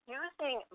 using